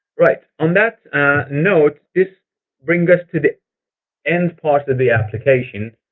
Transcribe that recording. right. on that note, this brings us to the end part of the application.